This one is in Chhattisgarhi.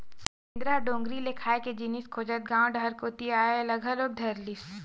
बेंदरा ह डोगरी ले खाए के जिनिस खोजत गाँव म डहर कोती अये ल घलोक धरलिस